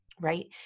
right